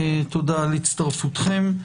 תודה על הצטרפותכם.